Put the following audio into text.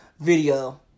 video